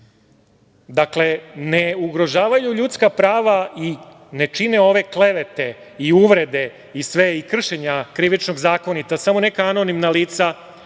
naveo. Ne ugrožavaju ljudska prava i ne čine ove klevete i uvrede i kršenje Krivičnog zakonika samo neka anonimna lica